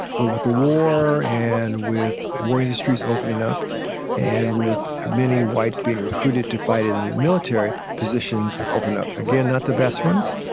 but with the war and with worry histories opening up and with many whites being recruited to fight in military positions, open up again. not the best ones,